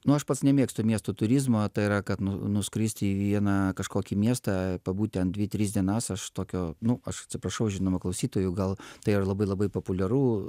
nu aš pats nemėgstu miesto turizmo tai yra kad nu nuskristi į vieną kažkokį miestą pabūti ten dvi tris dienas aš tokio nu aš atsiprašau žinoma klausytojų gal tai yra labai labai populiaru